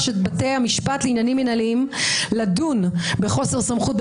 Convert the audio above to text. את בתי המשפט לעניינים מינהליים לדון בחוסר סמכות,